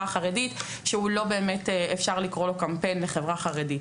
החרדית שלא באמת אפשר לקרוא לו קמפיין לחברה חרדית.